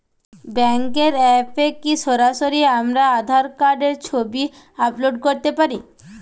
ব্যাংকের অ্যাপ এ কি সরাসরি আমার আঁধার কার্ডের ছবি আপলোড করতে পারি?